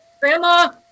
Grandma